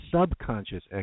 subconscious